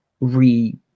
re